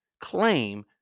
claim